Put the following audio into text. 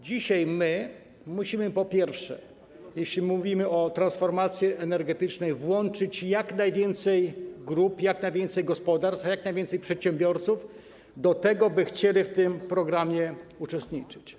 Dzisiaj, po pierwsze, jeśli mówimy o transformacji energetycznej, musimy włączyć jak najwięcej grup, jak najwięcej gospodarstw, jak najwięcej przedsiębiorców do tego, by chcieli w tym programie uczestniczyć.